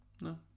No